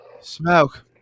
Smoke